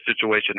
situation